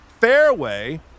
FAIRWAY